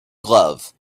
glove